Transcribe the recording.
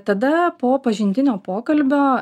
tada po pažintinio pokalbio